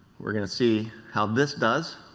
we are going to see how this does